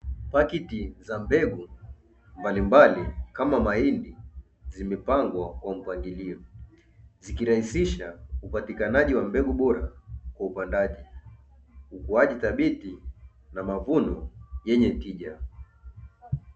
Paketi za mbegu mbalimbali kama mahindi zimepangwa kwa mpangilio, zikirahisisha upatikanaji wa mbegu bora kwa upandaji ukuaji thabiti na mavuno yenye tija.